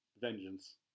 vengeance